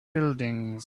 buildings